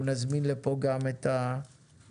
אנחנו נזמין לכאן גם את הרשות